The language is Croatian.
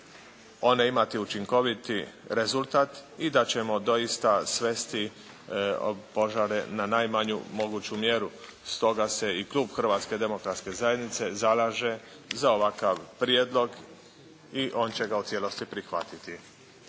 one imati učinkoviti rezultat i da ćemo doista svesti požare na najmanju moguću mjeru. Stoga se i Klub Hrvatske demokratske zajednice zalaže za ovakav prijedlog i on će ga u cijelosti prihvatiti.